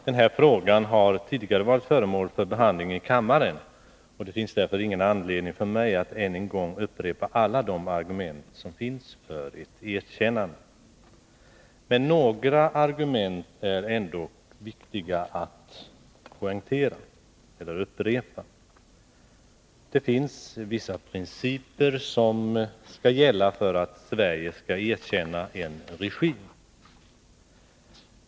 Den här frågan har tidigare varit föremål för behandling i kammaren, och det finns därför ingen anledning för mig att upprepa alla de argument som finns för ett erkännande. Några argument är ändå viktiga att understryka. Det finns vissa principer som skall gälla för att Sverige skall erkänna en regim.